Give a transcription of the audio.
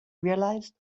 realized